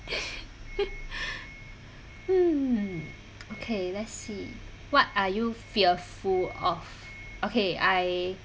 mm okay let's see what are you fearful of okay I